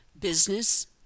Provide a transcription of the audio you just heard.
Business